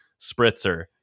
spritzer